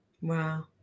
Wow